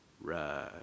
right